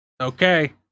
Okay